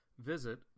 Visit